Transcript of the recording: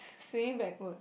swinging backwards